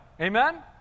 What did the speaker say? Amen